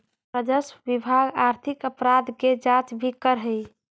राजस्व विभाग आर्थिक अपराध के जांच भी करऽ हई